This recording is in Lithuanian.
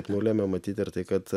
nulemia matyt ir tai kad